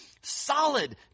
solid